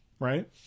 Right